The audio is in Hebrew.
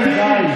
שלך.